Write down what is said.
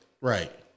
Right